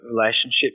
relationship